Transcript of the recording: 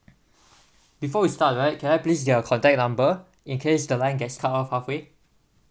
before we start right can I please get your contact number in case the line gets cut off halfway